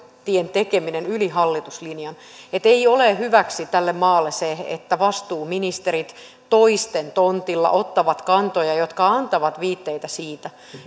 tekeminen yli hallituslinjan ei ole hyväksi tälle maalle se että vastuuministerit toisten tonteilla ottavat kantoja jotka antavat viitteitä siitä